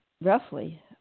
Roughly